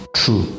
true